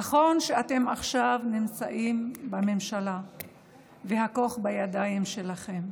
נכון שאתם עכשיו נמצאים בממשלה והכוח בידיים שלכם,